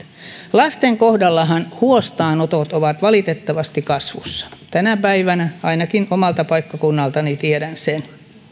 lasten kohdallahan huostaanotot ovat valitettavasti kasvussa tänä päivänä ainakin omalta paikkakunnaltani tiedän sen